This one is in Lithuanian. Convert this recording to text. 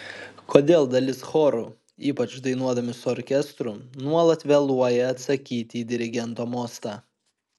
kodėl dalis chorų ypač dainuodami su orkestru nuolat vėluoja atsakyti į dirigento mostą